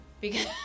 Because-